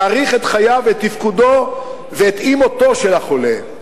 להאריך את חייו ואת תפקודו ואת אי-מותו של החולה,